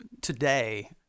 today